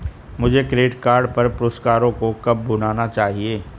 मुझे credit card पर पुरस्कारों को कब भुनाना चाहिए?